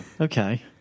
okay